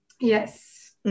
Yes